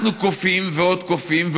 אנחנו כופים ועוד כופים,